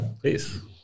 please